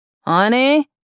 Honey